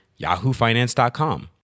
yahoofinance.com